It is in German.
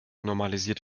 normalisiert